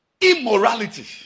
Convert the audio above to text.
immorality